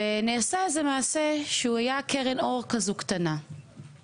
נעשה איזה מעשה שהוא היה קרן אור כזו קטנה,